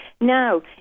now